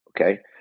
Okay